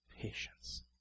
patience